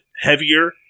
heavier